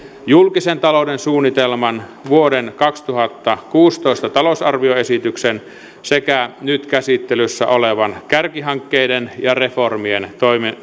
julkisen talouden suunnitelman vuoden kaksituhattakuusitoista talousarvioesityksen sekä nyt käsittelyssä olevan kärkihankkeiden ja reformien